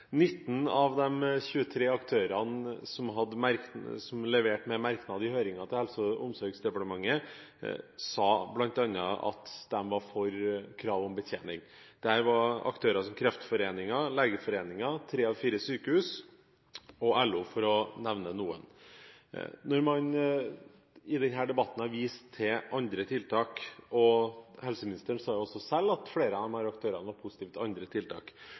Helse- og omsorgsdepartementet, sa bl.a. at de var for kravet om betjening. Der var aktører som Kreftforeningen, Legeforeningen, tre av fire sykehus og LO, for å nevne noen. Når man i denne debatten har vist til andre tiltak – helseministeren sa jo også selv at flere av disse aktørene var positive til andre tiltak